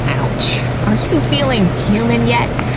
ouch. are you feeling human yet?